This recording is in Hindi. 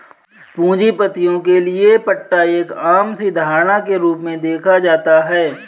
पूंजीपतियों के लिये पट्टा एक आम सी धारणा के रूप में देखा जाता है